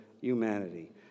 humanity